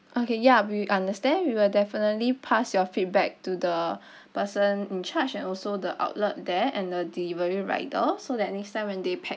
okay ya we understand we will definitely pass your feedback to the person in charge and also the outlet there and the delivery rider so that next time when they pack